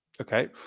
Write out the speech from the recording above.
okay